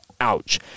ouch